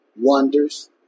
wonders